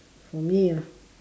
for me ah